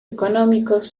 económicos